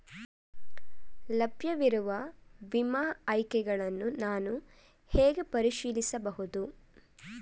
ಲಭ್ಯವಿರುವ ವಿಮಾ ಆಯ್ಕೆಗಳನ್ನು ನಾನು ಹೇಗೆ ಪರಿಶೀಲಿಸಬಹುದು?